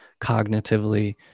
cognitively